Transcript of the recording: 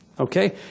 Okay